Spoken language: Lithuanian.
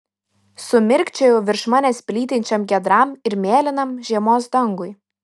sumirkčiojau virš manęs plytinčiam giedram ir mėlynam žiemos dangui